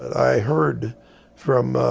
i heard from